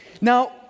Now